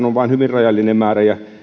on vain hyvin rajallinen määrä